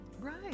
Right